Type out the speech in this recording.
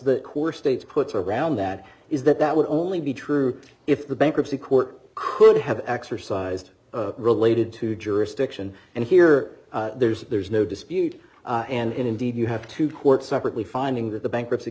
the course states puts around that is that that would only be true if the bankruptcy court could have exercised related to jurisdiction and here there's there's no dispute and indeed you have to court separately finding that the bankruptcy